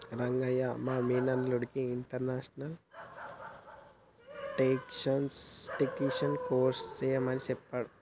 రంగయ్య మా మేనల్లుడికి international taxation course సెయ్యమని సెప్పాడు